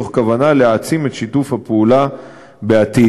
תוך כוונה להעצים את שיתוף הפעולה בעתיד.